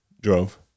Drove